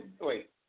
Wait